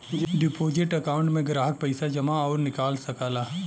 deposit account में ग्राहक पइसा जमा आउर निकाल सकला